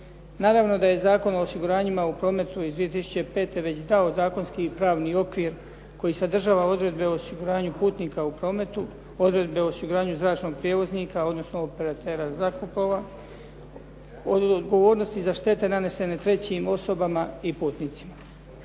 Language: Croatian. Naravno da je Zakon o osiguranjima u prometu iz 2005. već dao zakonski i pravni okvir koji sadržava odredbe o osiguranju putnika u prometu, odredbe o osiguranju zračnog prijevoznika odnosno operatera zrakoplova, o odgovornosti za štete nanesene trećim osobama i putnicima.